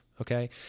Okay